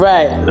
Right